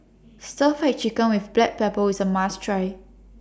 Stir Fried Chicken with Black Pepper IS A must Try